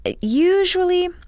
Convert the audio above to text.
usually